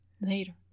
Later